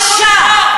בושה.